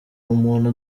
umuntu